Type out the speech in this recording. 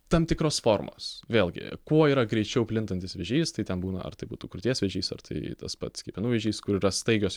tam tikros formos vėlgi kuo yra greičiau plintantis vėžys tai ten būna ar tai būtų krūties vėžys ar tai tas pats kepenų vėžys kur yra staigios